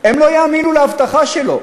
הם לא יאמינו להבטחה שלו,